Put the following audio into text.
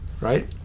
right